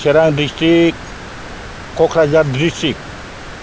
Chirang district Kokrajhar district